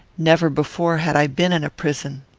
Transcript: never before had i been in a prison.